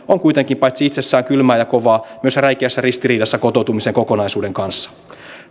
on kuitenkin paitsi itsessään kylmää ja kovaa myös räikeässä ristiriidassa kotoutumisen kokonaisuuden kanssa